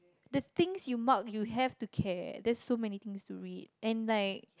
the things you mark you have to care there's so many things to read and like